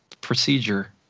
procedure